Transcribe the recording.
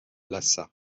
lhassa